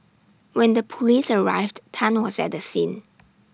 when the Police arrived Tan was at the scene